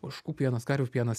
ožkų pienas karvių pienas